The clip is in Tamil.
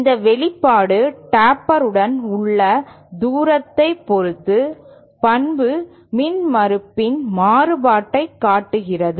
இந்த வெளிப்பாடு டேப்பருடன் உள்ள தூரத்தைப் பொறுத்து பண்பு மின்மறுப்பின் மாறுபாட்டைக் காட்டுகிறது